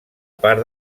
part